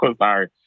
sorry